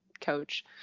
coach